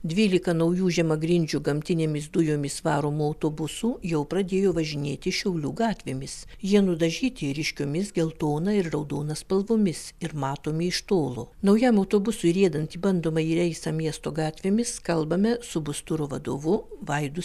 dvylika naujų žemagrindžių gamtinėmis dujomis varomų autobusų jau pradėjo važinėti šiaulių gatvėmis jie nudažyti ryškiomis geltona ir raudona spalvomis ir matomi iš tolo naujam autobusui riedant į bandomąjį reisą miesto gatvėmis kalbame su busturo vadovu vaidu